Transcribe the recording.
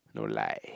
no lie